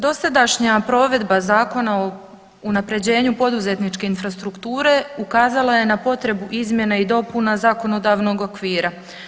Dosadašnja provedba Zakona o unaprjeđenju poduzetničke infrastrukture ukazala je na potrebu izmjene i dopuna zakonodavnog okvira.